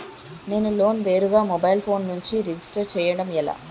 నేను లోన్ నేరుగా mobile phone నుంచి రిజిస్టర్ చేయండి ఎలా?